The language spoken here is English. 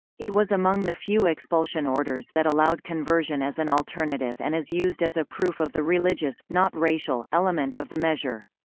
it was among the few expulsion orders that allowed conversion as an alternative and is used as a proof of the religious, not racial, element of the measure.